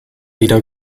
wieder